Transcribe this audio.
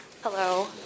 Hello